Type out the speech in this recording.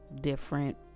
different